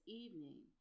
evening